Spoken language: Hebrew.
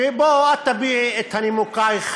שבו את תביעי את נימוקייך